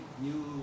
new